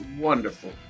wonderful